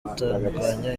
gutatanya